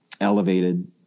elevated